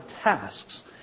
tasks